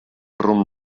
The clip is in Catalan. rumb